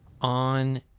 on